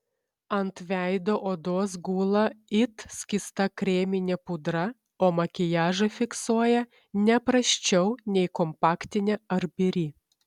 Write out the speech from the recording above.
ant veido odos gula it skysta kreminė pudra o makiažą fiksuoja ne prasčiau nei kompaktinė ar biri